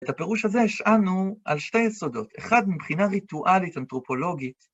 את הפירוש הזה השענו על שתי יסודות, אחד מבחינה ריטואלית-אנתרופולוגית,